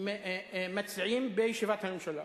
מחליטים בישיבת הממשלה.